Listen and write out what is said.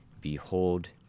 behold